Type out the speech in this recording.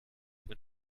mit